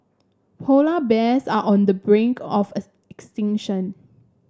polar bears are on the brink of extinction